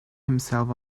himself